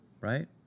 right